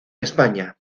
españa